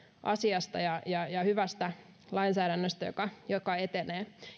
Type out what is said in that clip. asiasta ja ja hyvästä lainsäädännöstä joka joka etenee